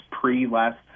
pre-last